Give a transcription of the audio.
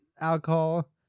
alcohol